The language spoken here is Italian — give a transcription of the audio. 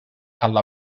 alla